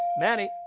manny?